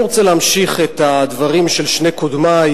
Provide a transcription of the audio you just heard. אני רוצה להמשיך את הדברים של שני קודמי,